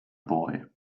boy